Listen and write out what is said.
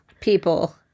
People